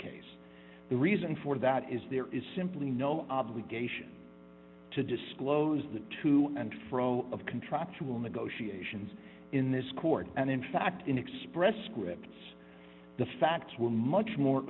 case the reason for that is there is simply no obligation to disclose that to and fro of contractual negotiations in this court and in fact in express scripts the facts were much more